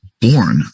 born